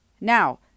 Now